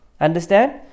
understand